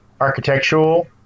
architectural